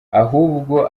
ahubwo